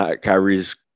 Kyrie's